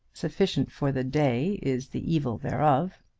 sufficient for the day is the evil thereof.